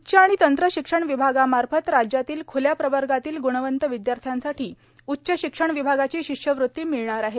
उच्च आणि तंत्र शिक्षण विभागामार्फत राज्यातील ख्ल्या प्रवर्गातील ग्णवंत विदयार्थ्यांसाठी उच्च शिक्षण विभागाची शिष्यवृत्ती मिळणार आहे